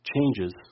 changes